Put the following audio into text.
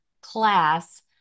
class